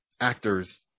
actors